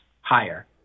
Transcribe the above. higher